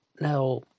Now